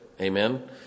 Amen